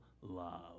love